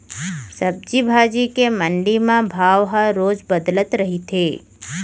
सब्जी भाजी के मंडी म भाव ह रोज बदलत रहिथे